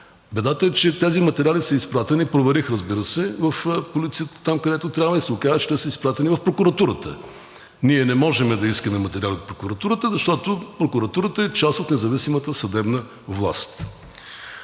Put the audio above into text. Бедата е, че тези материали са изпратени, проверих, разбира се, в полицията – там, където трябва, и се оказа, че те са изпратени в прокуратурата. Ние не може да искаме материали от прокуратурата, защото тя е част от независимата съдебна власт.